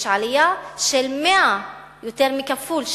יש עלייה של 135% יותר מכפול,